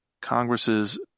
Congress's